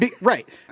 Right